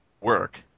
work